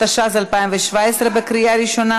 התשע"ז 2017, עברה בקריאה ראשונה